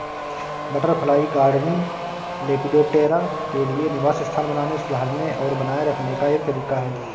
butterfly gardening, Lepidoptera के लिए निवास स्थान बनाने, सुधारने और बनाए रखने का एक तरीका है